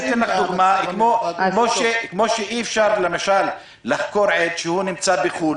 כמו שכשאי-אפשר, למשל, לחקור עד שנמצא בחו"ל